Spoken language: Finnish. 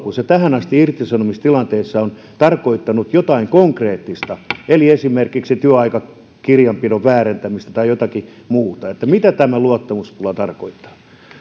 kun se tähän asti irtisanomistilanteissa on tarkoittanut jotain konkreettista eli esimerkiksi työaikakirjanpidon väärentämistä tai jotakin muuta että mitä tämä luottamuspula tarkoittaa